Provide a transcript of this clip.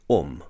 om